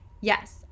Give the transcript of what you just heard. yes